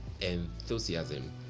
enthusiasm